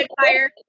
fire